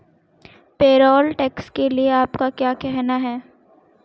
Payroll tax के लिए आपका क्या कहना है?